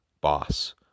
boss